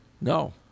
No